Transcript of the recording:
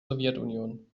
sowjetunion